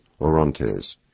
Orontes